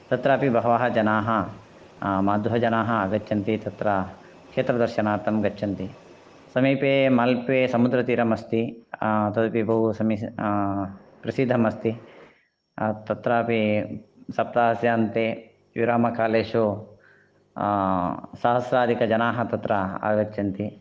तत्रापि बहवः जनाः माध्वजनाः आगच्छन्ति तत्र क्षेत्रदर्शनार्थं गच्छन्ति समीपे मल्पे समुद्रतीरमस्ति तदपि बहु समिचीनं प्रसिद्धमस्ति तत्रापि सप्ताहस्य अन्ते विरामकालेषु सहस्राधिकजनाः तत्र आगच्छन्ति